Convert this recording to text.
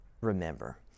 remember